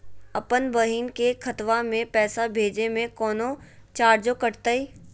अपन बहिन के खतवा में पैसा भेजे में कौनो चार्जो कटतई?